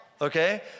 Okay